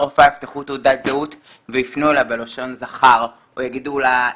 רופאה יפתחו תעודת זהות ויפנו אליה בלשון זכר או יגידו לה,